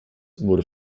wurde